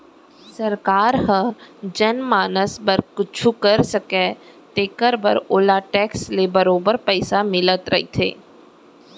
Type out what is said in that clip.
सरकार हर जनमानस बर कुछु कर सकय तेकर बर ओला टेक्स ले बरोबर पइसा मिलत रथे